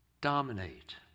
dominate